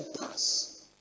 pass